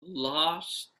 lost